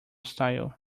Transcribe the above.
style